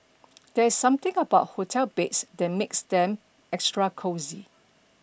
there's something about hotel beds that makes them extra cosy